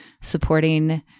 supporting